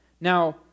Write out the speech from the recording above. Now